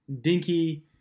dinky